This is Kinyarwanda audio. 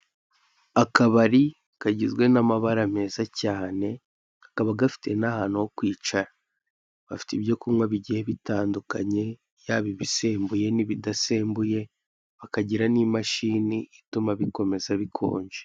Akabari kagizwe n'amabara meza cyane kakaba gafite n'ahantu ho kwicara. Bfite ibyo kunywa bigiye bitandukanye yaba ibisembuye n'ibidasembuye, bakagira n'imashini ituma bikomeza bikonje.